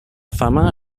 fama